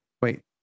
Wait